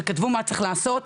וכתבו מה צריך לעשות.